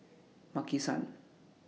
Maki San